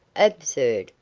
absurd!